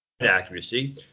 accuracy